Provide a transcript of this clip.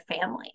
family